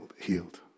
healed